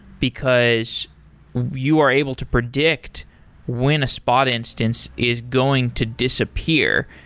because you are able to predict when a spot instance is going to disappear.